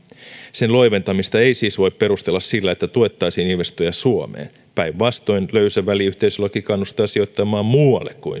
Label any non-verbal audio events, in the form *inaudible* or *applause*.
sen loiventamista ei siis voi perustella sillä että tuettaisiin investointeja suomeen päinvastoin löysä väliyhteisölaki kannustaa sijoittamaan muualle kuin *unintelligible*